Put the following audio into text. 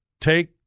take